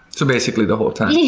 so basically the whole time.